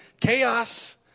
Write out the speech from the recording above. Chaos